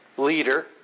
leader